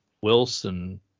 Wilson